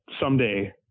someday